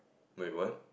my what